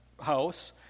house